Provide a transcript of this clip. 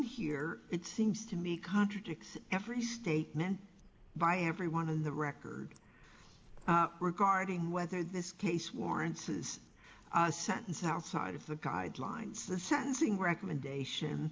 here it seems to me contradicts every statement by everyone on the record regarding whether this case warrants is a sentence outside of the guidelines the sentencing recommendation